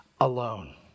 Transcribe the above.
alone